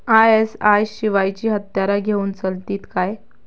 ISI शिवायची हत्यारा घेऊन चलतीत काय?